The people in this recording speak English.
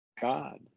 God